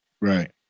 right